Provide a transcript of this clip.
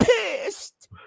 pissed